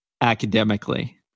academically